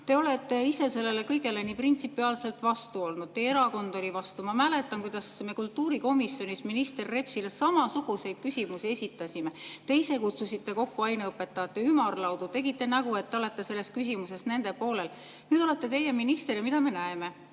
Te olete ise sellele kõigele nii printsipiaalselt vastu olnud, teie erakond oli vastu. Ma mäletan, kuidas me kultuurikomisjonis minister Repsile samasuguseid küsimusi esitasime. Te ise kutsusite kokku aineõpetajate ümarlaudu, tegite nägu, et te olete selles küsimuses nende poolel. Nüüd olete teie minister ja mida me näeme?